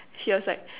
she was like